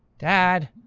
dad.